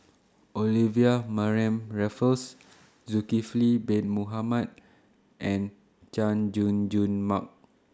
Olivia Mariamne Raffles Zulkifli Bin Mohamed and Chay Jung Jun Mark